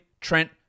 Trent